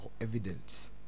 evidence